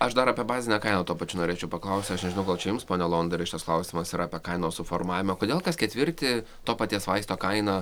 aš dar apie bazinę kainą tuo pačiu norėčiau paklausti aš nežinau gal čia jums pone alonderi šitas klausimas yra apie kainos suformavimą kodėl kas ketvirtį to paties vaisto kaina